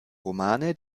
romane